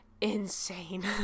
insane